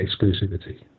exclusivity